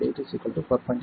8 4